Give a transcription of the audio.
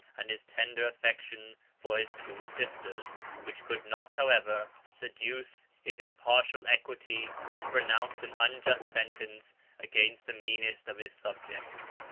and his tender affection for his two sisters which could not, however, seduce his impartial equity to pronounce an unjust sentence against the meanest of his subjects.